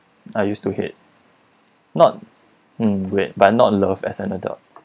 I used to hate not mm but not love as an adult